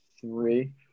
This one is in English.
three